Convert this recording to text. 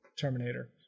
Terminator